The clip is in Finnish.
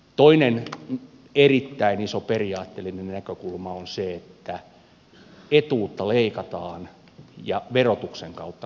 toinen erittäin iso periaatteellinen näkökulma on se että etuutta leikataan ja verotuksen kautta kompensoidaan